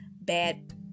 bad